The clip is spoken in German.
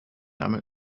name